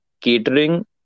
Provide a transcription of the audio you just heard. catering